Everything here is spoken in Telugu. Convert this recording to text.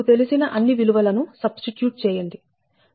మీకు తెలిసిన అన్ని విలువలను సబ్స్టిట్యూట్ చేయండి మీకు 5